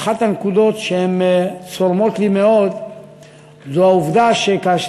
הקרן הזאת מצליחה לצבור בין 250 ל-350 מיליון שקל